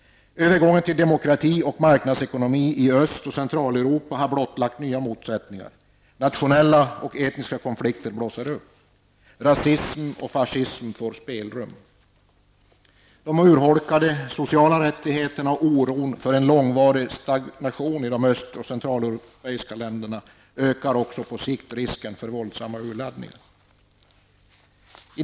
Övergången till demokrati och marknadsekonomi i Öst och Centraleuropa har blottlagt nya motsättningar. Nationella och etniska konflikter blossar upp. Rasism och fascism får ett spelrum. Urholkade sociala rättigheter och oron för en långvarig stagnation i Öst och Centraleuropa gör att risken för våldsamma urladdningar på sikt blir större.